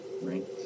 right